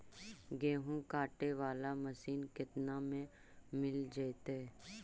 गेहूं काटे बाला मशीन केतना में मिल जइतै?